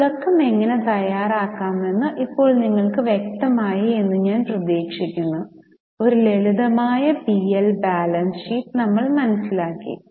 ഒരു തുടക്കം എങ്ങനെ തയ്യാറാക്കാമെന്ന് ഇപ്പോൾ നിങ്ങൾക്ക് വ്യക്തമായി എന്ന് ഞാൻ പ്രതീക്ഷിക്കുന്നു ഒരു ലളിതമായ പി എൽ ബാലൻസ് ഷീറ്റ് നമ്മൾ മനസിലാക്കി